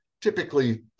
Typically